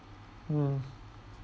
um